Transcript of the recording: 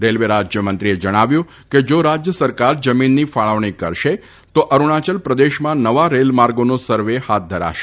રેલવેરાજયમંત્રીએ જણાવ્યું કે જા રાજય સરકાર જમીનની ફાળવણી કરશે ત અરૂણાચલ પ્રદેશમાં નવા રેલમાર્ગોન સર્વે હાથ ધરાશે